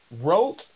wrote